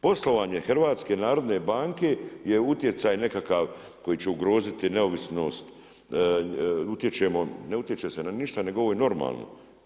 Poslovanje HNB-a je utjecaj nekakav koji će ugroziti neovisnost, utječemo, ne utječe se na ništa nego ovo je normalno.